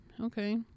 Okay